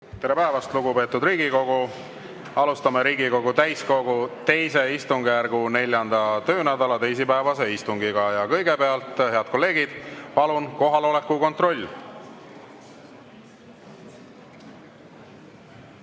Tere päevast, lugupeetud Riigikogu! Alustame Riigikogu täiskogu II istungjärgu 4. töönädala teisipäevast istungit. Kõigepealt, head kolleegid, palun kohaloleku kontroll!